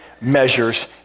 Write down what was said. measures